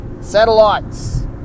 satellites